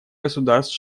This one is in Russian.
государств